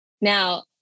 Now